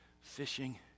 Fishing